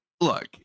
look